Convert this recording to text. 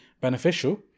beneficial